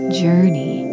journey